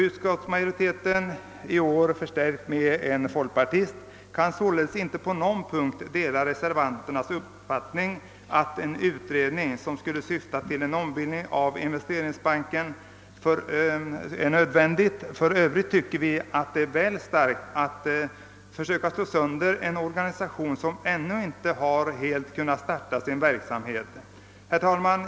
Utskottsmajoriteten — i år förstärkt med en folkpartist — kan således inte på någon punkt dela reservanternas uppfattning att en utredning, som skulle syfta till en ombildning av Investeringsbanken, är nödvändig. För övrigt anser vi att det är väl starkt att försöka slå sönder en organisation som ännu inte helt har kunnat starta sin verksamhet. Herr talman!